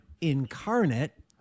incarnate